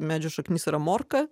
medžio šaknis yra morka